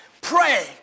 Pray